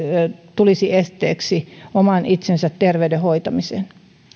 tulisi esteeksi oman terveyden hoitamiselle